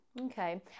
Okay